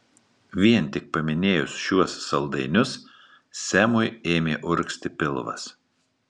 vien tik paminėjus šiuos saldainius semui ėmė urgzti pilvas